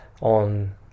on